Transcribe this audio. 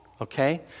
Okay